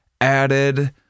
added